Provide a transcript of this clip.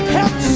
Help